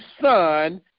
son